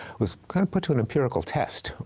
was kind of put to an empirical test.